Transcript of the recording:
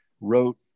wrote